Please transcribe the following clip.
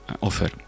offer